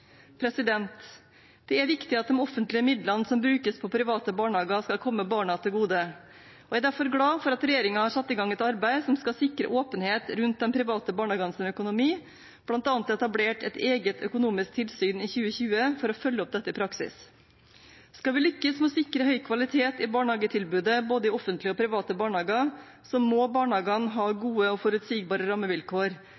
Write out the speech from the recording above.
Det er viktig at de offentlige midlene som brukes på private barnehager, skal komme barna til gode. Jeg er derfor glad for at regjeringen har satt i gang et arbeid som skal sikre åpenhet rundt de private barnehagenes økonomi, bl.a. er det i 2020 etablert et eget økonomisk tilsyn for å følge opp dette i praksis. Skal vil lykkes med å sikre høy kvalitet i barnehagetilbudet, både i offentlige og private barnehager, må barnehagene ha